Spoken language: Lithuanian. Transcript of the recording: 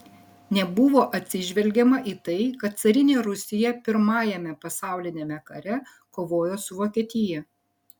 nebuvo atsižvelgiama į tai kad carinė rusija pirmajame pasauliniame kare kovojo su vokietija